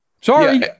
Sorry